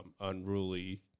unruly